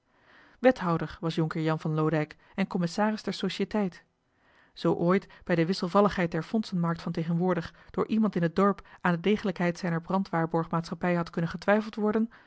wethouder was jonkheer jan van loodijck en commissaris der societeit zoo ooit bij de wisselvalligheid der fondsenmarkt van tegenwoordig door iemand in het dorp aan de degelijkheid zijner brandwaarborg maatschappij had kunnen getwijfeld worden